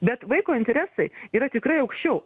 bet vaiko interesai yra tikrai aukščiau